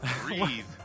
Breathe